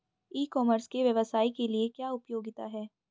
ई commerce के व्यवसाय के लिए क्या उपयोगिता है?